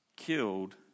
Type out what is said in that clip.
killed